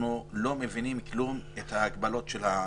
אנחנו לא מבינים את ההגבלות של הממשלה.